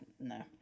no